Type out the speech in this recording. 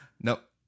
Nope